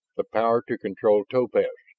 the power to control topaz,